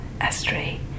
astray